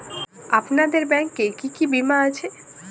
আপনাদের ব্যাংক এ কি কি বীমা আছে?